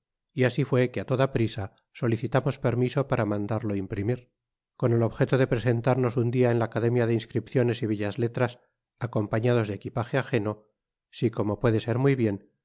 y asi fué que á toda prisa solicitamos permiso para mandarlo imprimir con el objeto de presentarnos un dia en la academia de inscripciones y bellas letras acompañados de equipage ageno si corno puede ser muy bien